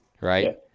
Right